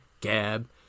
Gab